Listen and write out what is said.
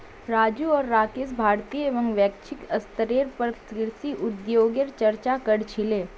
राजू आर राकेश भारतीय एवं वैश्विक स्तरेर पर कृषि उद्योगगेर चर्चा क र छीले